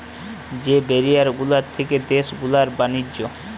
যে ব্যারিয়ার গুলা থাকে দেশ গুলার ব্যাণিজ্য